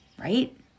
right